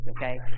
okay